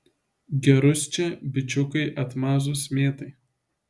gerus čia bičiukai atmazus mėtai